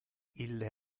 ille